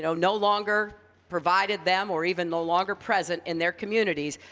no no longer provided them or even no longer present in their communities,